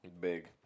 Big